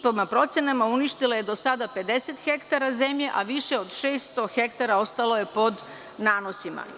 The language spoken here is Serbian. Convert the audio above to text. Prema procenama uništila je do sada 50 hektara zemlje, a više od 600 hektara ostalo je pod nanosima.